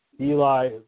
Eli